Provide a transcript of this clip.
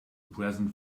present